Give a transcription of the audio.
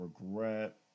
regret